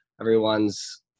everyone's